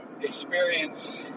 experience